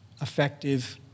effective